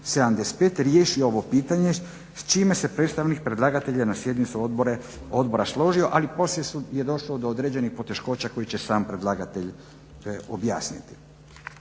75. riješi ovo pitanje s čime se predstavnik predlagatelja na sjednici odbora složio ali poslije je došlo do određenih poteškoća koje će sam predlagatelj objasniti